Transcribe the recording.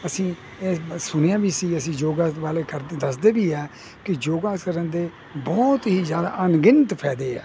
ਅਸੀਂ ਇਹ ਸੁਣਿਆ ਵੀ ਸੀ ਅਸੀਂ ਯੋਗਾ ਵਾਲੇ ਕਰ ਦੇ ਦੱਸਦੇ ਵੀ ਆ ਕਿ ਯੋਗਾ ਕਰਨ ਦੇ ਬਹੁਤ ਹੀ ਜਿਆਦਾ ਅਣਗਿਣਤ ਫਾਇਦੇ ਆ